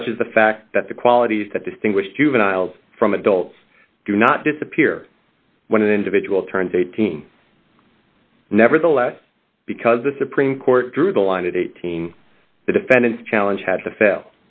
such as the fact that the qualities that distinguish juveniles from adults do not disappear when an individual turns eighteen nevertheless because the supreme court drew the line at eighteen the defendant's challenge had to fail